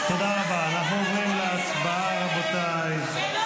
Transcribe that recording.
אנחנו עוברים להצבעה, רבותיי.